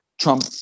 trump